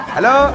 Hello